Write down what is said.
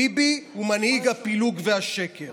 ביבי הוא מנהיג הפילוג והשקר.